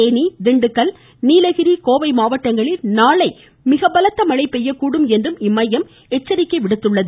தேனி திண்டுக்கல் நீலகிரி கோவை மாவட்டங்களில் நாளை மிக பலத்த மழை பெய்யக்கூடும் என்றும் இம்மையம் எச்சரித்துள்ளது